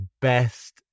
best